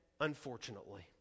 unfortunately